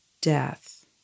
Death